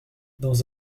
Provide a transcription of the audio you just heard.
dans